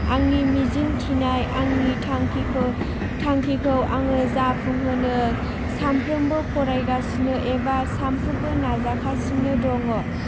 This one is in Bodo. आंनि मिजिं थिनाय आंनि थांखिखौ आङो जाफुंहोनो सानफ्रोमबो फरायगासिनो एबा सानफ्रोमबो नाजागासिनो दङ